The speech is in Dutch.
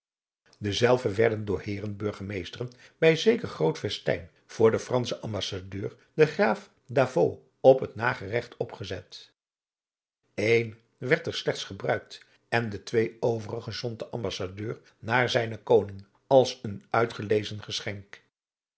dezelve werden door heeren burgemeesteren bij zeker groot festijn voor den franschen ambassadeur den graaf d'avaux op het nageregt opgezet eén werd er slechts gebruikt en de twee overige zond de ambassadeur naar zijnen koning als een uitgelezen geschenk